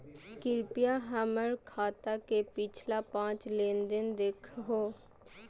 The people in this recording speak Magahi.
कृपया हमर खाता के पिछला पांच लेनदेन देखाहो